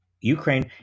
Ukraine